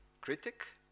critic